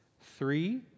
Three